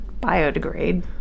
biodegrade